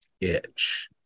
itch